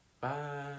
Bye